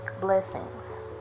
blessings